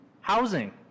housing